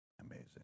amazing